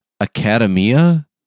academia